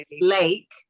lake